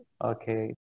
Okay